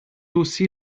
aussi